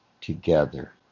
together